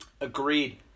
Agreed